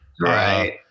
Right